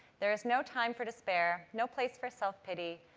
there is no time for despair, no place for self-pity,